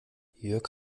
jörg